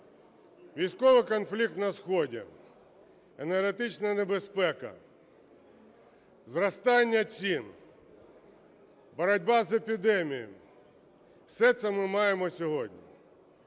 військовий конфлікт на сході, енергетична небезпека, зростання цін, боротьба з епідемією – все це ми маємо сьогодні.